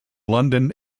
london